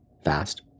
fast